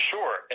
Sure